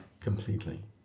completely